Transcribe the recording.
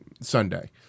Sunday